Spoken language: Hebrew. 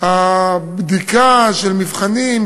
הבדיקה של מבחנים,